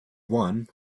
won